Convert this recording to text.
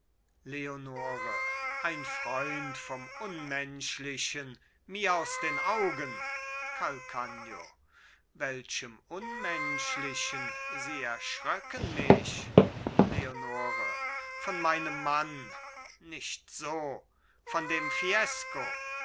leonore ein freund vom unmenschlichen mir aus den augen calcagno welchem unmenschlichen sie erschröcken mich leonore von meinem mann nicht so von dem fiesco